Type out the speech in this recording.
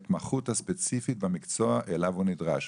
הספציפית במקצוע שאליו הוא נדרש.